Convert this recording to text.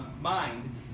mind